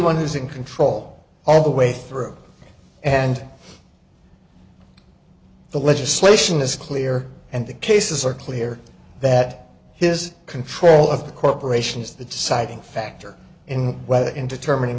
one who's in control all the way through and the legislation is clear and the cases are clear that his control of the corporations the deciding factor in whether in determining